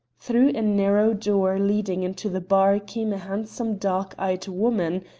through a narrow door leading into the bar came a handsome dark-eyed woman,